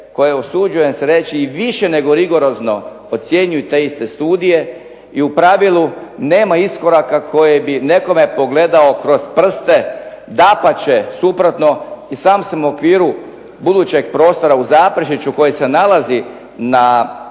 koje usuđujem se reći i više nego rigorozno ocjenjuju te iste studije i u pravilu nema iskoraka koje bi nekome progledao kroz prste. Dapače, suprotno. I sam sam u okviru budućeg prostora u Zaprešiću koje se nalazi na